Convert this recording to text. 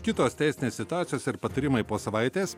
kitos teisinės situacijos ir patarimai po savaitės